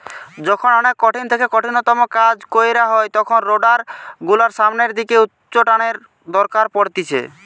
যখন অনেক কঠিন থেকে কঠিনতম কাজ কইরা হয় তখন রোডার গুলোর সামনের দিকে উচ্চটানের দরকার পড়তিছে